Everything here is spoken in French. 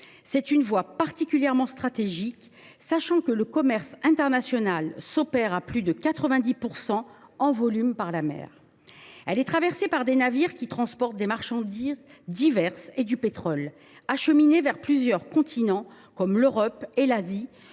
C’est une voie particulièrement stratégique, sachant que plus de 90 % du commerce international en volume passe par la mer. Elle est traversée par des navires qui transportent des marchandises diverses et du pétrole, acheminés vers plusieurs continents, comme l’Europe et l’Asie,